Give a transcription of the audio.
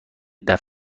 تمبر